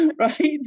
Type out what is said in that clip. right